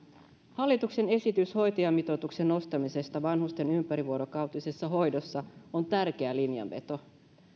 hallituksen esitys hoitajamitoituksen nostamisesta vanhusten ympärivuorokautisessa hoidossa on tärkeä linjanveto